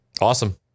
Awesome